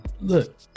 look